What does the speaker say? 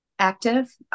active